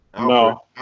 No